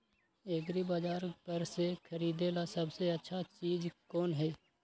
एग्रिबाजार पर से खरीदे ला सबसे अच्छा चीज कोन हई?